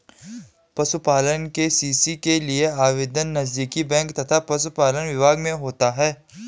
पशुपालन के.सी.सी के लिए आवेदन नजदीकी बैंक तथा पशुपालन विभाग में होता है